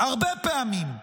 הרבה פעמים.